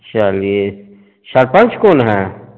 चलिए सरपंच कौन है